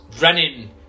running